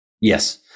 Yes